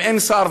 אם אין שר,